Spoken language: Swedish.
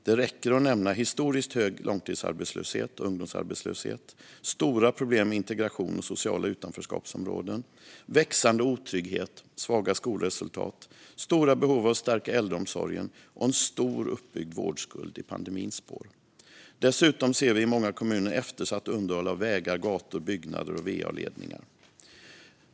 Det räcker att nämna historiskt hög långtidsarbetslöshet och ungdomsarbetslöshet, stora problem med integration och sociala utanförskapsområden, växande otrygghet, svaga skolresultat, stora behov av att stärka äldreomsorgen och en stor uppbyggd vårdskuld i pandemins spår. Dessutom ser vi i många kommuner eftersatt underhåll av vägar, gator, byggnader och va-ledningar.